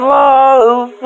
love